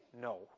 no